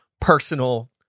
personal